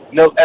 no